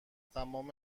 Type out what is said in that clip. تمام